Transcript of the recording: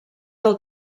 del